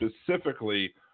specifically –